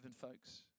folks